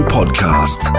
Podcast